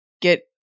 get